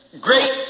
great